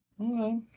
Okay